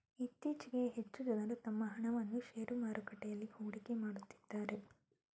ಇತ್ತೀಚೆಗೆ ಹೆಚ್ಚು ಜನರು ತಮ್ಮ ಹಣವನ್ನು ಶೇರು ಮಾರುಕಟ್ಟೆಯಲ್ಲಿ ಹೂಡಿಕೆ ಮಾಡುತ್ತಿದ್ದಾರೆ